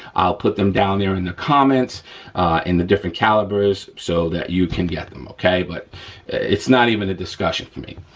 i'll put them down there in the comments in the different calibers so that you can get them, okay? but it's not even a discussion for me.